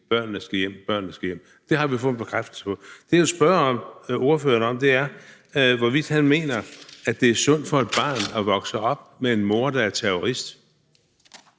Børnene skal hjem, børnene skal hjem. Det har vi fået en bekræftelse på. Det, jeg vil spørge ordføreren om, er, hvorvidt han mener, at det er sundt for et barn at vokse op med en mor, der er terrorist.